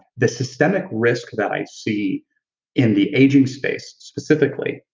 the systemic risk that i see in the aging space specifically,